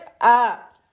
up